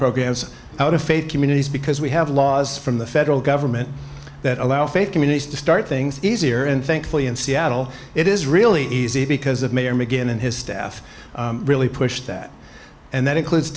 programs out of faith communities because we have laws from the federal government that allow faith communities to start things easier and thankfully in seattle it is really easy because of mayor mcginn and his staff really push that and that includes